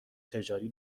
تجاری